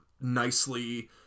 nicely